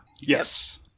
Yes